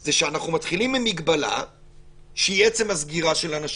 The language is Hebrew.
זה שאנחנו מתחילים עם מגבלה שהיא עצם הסגירה של אנשים,